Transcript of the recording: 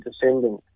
descending